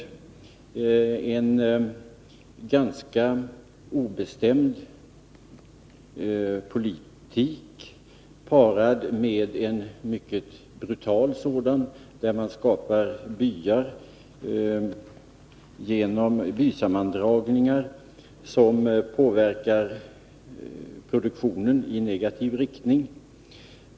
Det handlar om en ganska obestämd politik, parad med en mycket brutal sådan, där man skapar byar genom bysammandragningar som påverkar produktionen i negativ riktning.